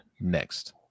next